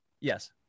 Yes